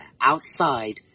outside